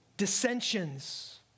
Dissensions